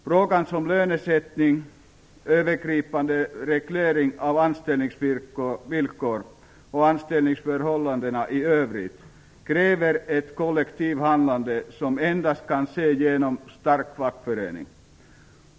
Frågor som lönesättning, övergripande reglering av anställningsvillkor och anställningsförhållanden i övrigt kräver ett kollektivt handlande, som endast kan ske genom starka fackföreningar.